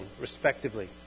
respectively